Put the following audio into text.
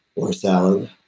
or salad.